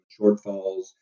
shortfalls